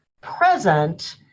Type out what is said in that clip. present